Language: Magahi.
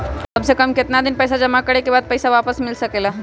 काम से कम केतना दिन जमा करें बे बाद पैसा वापस मिल सकेला?